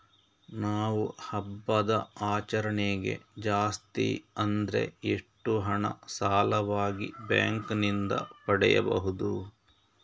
ನಾವು ಹಬ್ಬದ ಆಚರಣೆಗೆ ಜಾಸ್ತಿ ಅಂದ್ರೆ ಎಷ್ಟು ಹಣ ಸಾಲವಾಗಿ ಬ್ಯಾಂಕ್ ನಿಂದ ಪಡೆಯಬಹುದು?